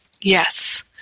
Yes